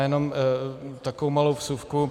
Jenom takovou malou vsuvku.